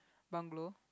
bungalow